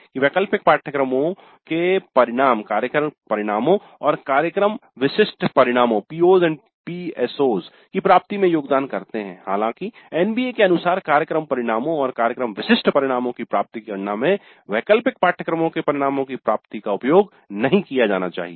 कि वैकल्पिक पाठ्यक्रमों के परिणाम 'कार्यक्रम परिणामों' PO's और 'कार्यक्रम विशिष्ट परिणामों' PSO's की प्राप्ति में योगदान करते हैं हालांकि एनबीए के अनुसार कार्यक्रम परिणामों और कार्यक्रम विशिष्ट परिणामों की प्राप्ति की गणना में वैकल्पिक पाठ्यक्रमों के परिणामों की प्राप्ति का उपयोग नहीं किया जाना चहिये